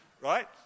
Right